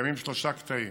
קיימים שלושה קטעים: